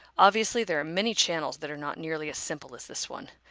obviously, there are many channels that are not nearly as simple as this one.